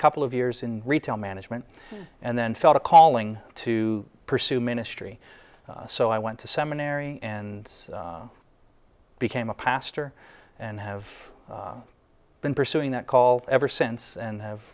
couple of years in retail management and then felt a calling to pursue ministry so i went to seminary and became a pastor and have been pursuing that call ever since and